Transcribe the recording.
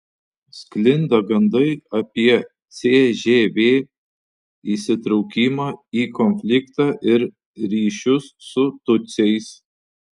sklinda gandai apie cžv įsitraukimą į konfliktą ir ryšius su tutsiais